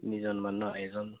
তিনিজনমান ন এজন